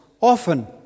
often